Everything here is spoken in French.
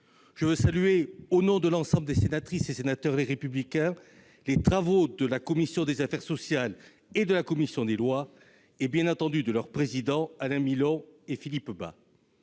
Je veux saluer, au nom de l'ensemble des sénatrices et sénateurs du groupe Les Républicains, les travaux de la commission des affaires sociales et de la commission des lois dirigés par leurs présidents, Alain Milon et Philippe Bas.